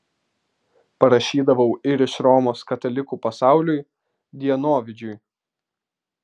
parašydavau ir iš romos katalikų pasauliui dienovidžiui